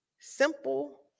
Simple